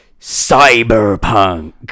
Cyberpunk